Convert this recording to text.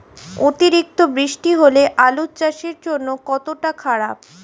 অতিরিক্ত বৃষ্টি হলে আলু চাষের জন্য কতটা খারাপ?